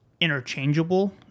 interchangeable